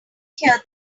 hear